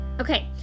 Okay